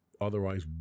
otherwise